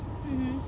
mmhmm